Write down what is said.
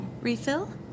Refill